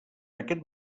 aquest